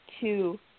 two